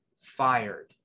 fired